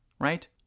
right